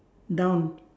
down